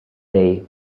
day